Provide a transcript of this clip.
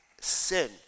sin